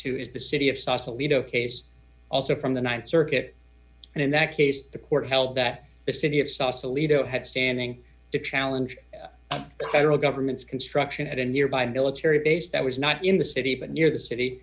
is the city of sausalito case also from the th circuit and in that case the court held that the city of sausalito had standing to challenge the federal government's construction at a nearby military base that was not in the city but near the city